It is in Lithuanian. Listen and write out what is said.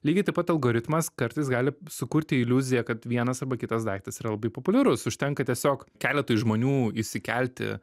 lygiai taip pat algoritmas kartais gali sukurti iliuziją kad vienas arba kitas daiktas yra labai populiarus užtenka tiesiog keletui žmonių įsikelti